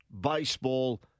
baseball